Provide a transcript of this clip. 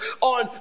on